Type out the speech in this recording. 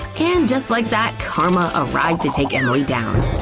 and just like that, karma arrived to take emily down.